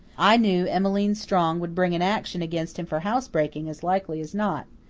i knew emmeline strong would bring an action against him for housebreaking as likely as not.